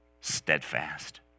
steadfast